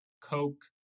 Coke